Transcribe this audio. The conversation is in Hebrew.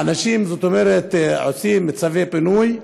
לאנשים, זאת אומרת, עושים צווי פינוי,